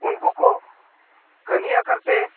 ᱩᱱᱠᱩ ᱠᱚ ᱠᱟᱹᱦᱱᱤ ᱟᱠᱟᱨ ᱛᱮ